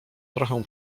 trochę